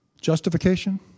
justification